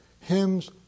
Hymns